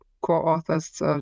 co-authors